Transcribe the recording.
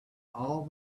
all